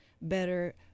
better